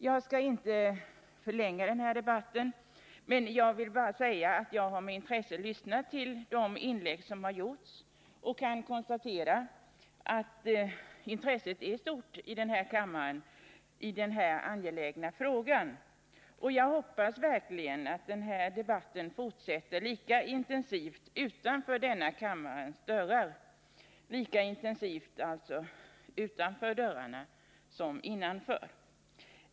Jag skall inte förlänga debatten utan vill bara säga att jag med intresse lyssnat till de inlägg som har gjorts, och jag kan konstatera att intresset är stort här i kammaren för denna angelägna fråga. Jag hoppas verkligen att debatten fortsätter lika intensivt utanför kammarens dörrar.